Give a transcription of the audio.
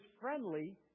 friendly